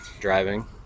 Driving